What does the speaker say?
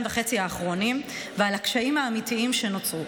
וחצי האחרונים ועל הקשיים האמיתיים שנוצרו.